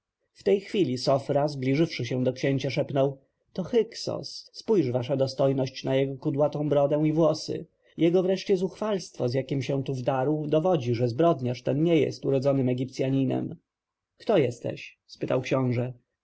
w tej chwili sofra zbliżywszy się do księcia szepnął to hyksos spojrzyj wasza dostojność na jego kudłatą brodę i włosy jego wreszcie zuchwalstwo z jakiem się tu wdarł dowodzi że zbrodniarz ten nie jest urodzonym egipcjaninem kto jesteś spytał książę